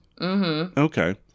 okay